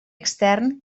extern